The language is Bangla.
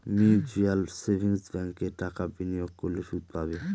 মিউচুয়াল সেভিংস ব্যাঙ্কে টাকা বিনিয়োগ করলে সুদ পাবে